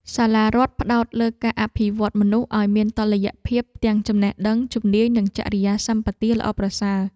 សាលារដ្ឋផ្ដោតលើការអភិវឌ្ឍមនុស្សឱ្យមានតុល្យភាពទាំងចំណេះដឹង ជំនាញ និងចរិយាសម្បទាល្អប្រសើរ។